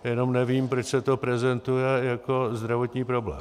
Jenom nevím, proč se to prezentuje jako zdravotní problém.